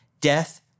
death